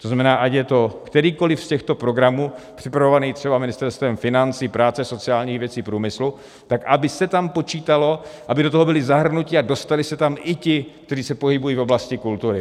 To znamená, ať je to kterýkoli z těchto programů připravovaný třeba Ministerstvem financí, práce a sociálních věcí, průmyslu, tak aby se tam počítalo, aby do toho byli zahrnuti a dostali se tam i ti, kteří se pohybují v oblasti kultury.